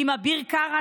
עם אביר קארה,